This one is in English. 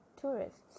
tourists